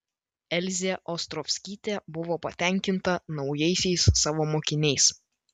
elzė ostrovskytė buvo patenkinta naujaisiais savo mokiniais